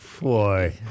Boy